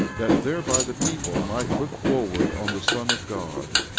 that thereby the people might look forward on the son of god,